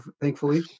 thankfully